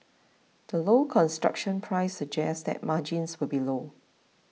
the low construction price suggests that margins will be low